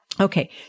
Okay